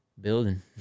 Building